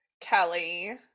Kelly